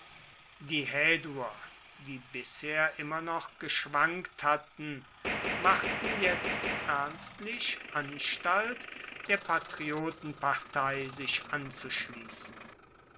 die häduer die bisher immer noch geschwankt hatten machten jetzt ernstlich anstalt der patriotenpartei sich anzuschließen